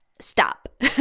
stop